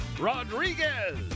Rodriguez